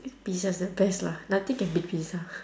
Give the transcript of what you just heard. pizza is the best lah nothing can beat pizza